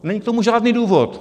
Není k tomu žádný důvod.